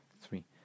three